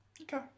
Okay